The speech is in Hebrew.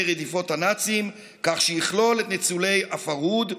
רדיפות הנאצים כך שיכלול את ניצולי הפרהוד,